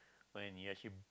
when you actually